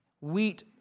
wheat